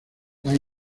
las